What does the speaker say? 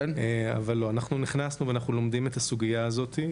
אבל אנחנו רק נכנסו ואנחנו לומדים את הסוגייה הזאת.